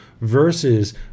versus